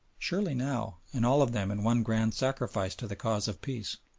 surely now, and all of them in one grand sacrifice to the cause of peace!